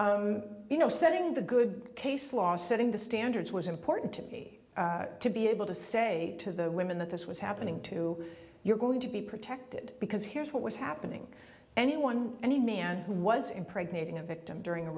so you know setting the good case law setting the standards was important to be able to say to the women that this was happening to you're going to be protected because here's what was happening anyone any man who was impregnating a victim during a